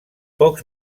pocs